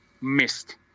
missed